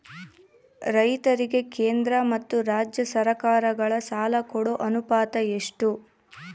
ರೈತರಿಗೆ ಕೇಂದ್ರ ಮತ್ತು ರಾಜ್ಯ ಸರಕಾರಗಳ ಸಾಲ ಕೊಡೋ ಅನುಪಾತ ಎಷ್ಟು?